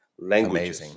Language